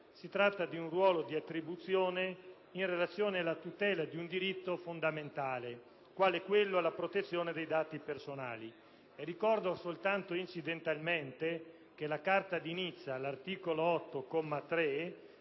comunitaria: è una attribuzione in relazione alla tutela di un diritto fondamentale quale quello alla protezione dei dati personali. Ricordo solo incidentalmente che la Carta di Nizza, all'articolo 8,